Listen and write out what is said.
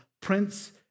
Prince